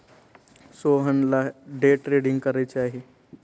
सोहनला day trading करायचे आहे